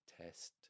test